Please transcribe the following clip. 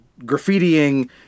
graffitiing